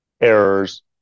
errors